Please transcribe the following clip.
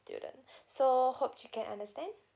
student so hope you can understand